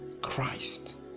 christ